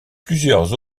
plusieurs